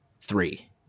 three